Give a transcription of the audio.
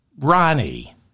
Ronnie